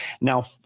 Now